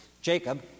Jacob